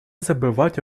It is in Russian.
забывать